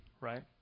right